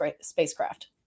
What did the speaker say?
spacecraft